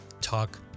Talk